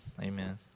Amen